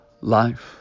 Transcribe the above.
Life